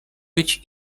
być